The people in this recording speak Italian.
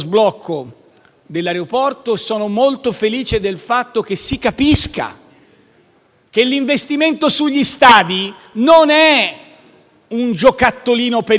dell'aeroporto e sono molto felice del fatto che si capisca che l'investimento sugli stadi non è un giocattolino per i tifosi,